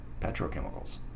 petrochemicals